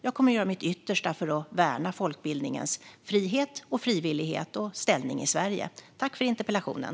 Jag kommer att göra mitt yttersta för att värna folkbildningens frihet, frivillighet och ställning i Sverige. Tack för interpellationen!